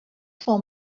for